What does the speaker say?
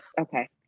okay